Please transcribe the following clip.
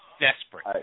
Desperate